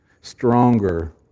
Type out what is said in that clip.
stronger